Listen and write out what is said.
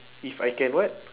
if I can what